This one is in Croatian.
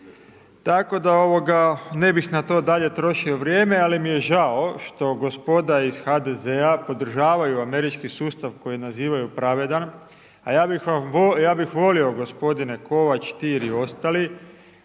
Tako da ne bih na to dalje trošio vrijeme, ali mi je žao što gospoda iz HDZ-a podržavaju američki sustav koji nazivaju pravedan. A ja bih vam volio, ja bi volio gospodine Kovač, Stier i ostali,